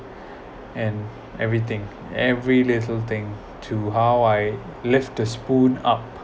and everything every little thing to how I lift the spoon up